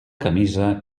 camisa